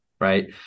right